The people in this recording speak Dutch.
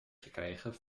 gekregen